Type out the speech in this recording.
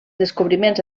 descobriments